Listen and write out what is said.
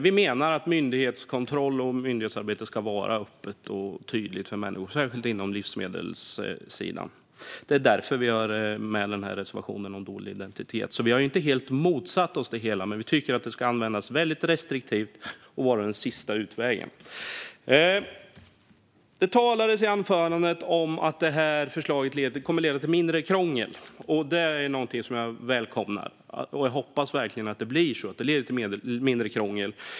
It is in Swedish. Vi menar att myndighetskontroll och myndighetsarbete ska vara öppet och tydligt, särskilt på livsmedelssidan. Det är därför vi har med reservationen om dold identitet. Vi har alltså inte helt motsatt oss det hela. Men vi tycker att det ska användas restriktivt och vara den sista utvägen. Det talades i anförandet om att det som föreslås skulle leda till mindre krångel. Det är något som jag välkomnar. Jag hoppas verkligen att det kommer att leda till mindre krångel.